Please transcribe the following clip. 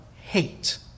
hate